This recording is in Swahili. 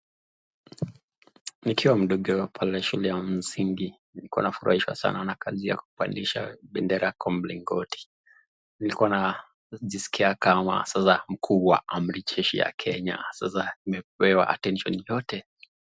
Nikiwa mdogo pale shule ya msingi nilikuwa nafurahishwa sana na kazi ya kubadilisha bendera kwa mlingoti. Nilikuwa na skia kama sasa mkuu wa amri jeshi ya kenya sasa nimepewa attention yote.